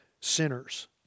sinners